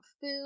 food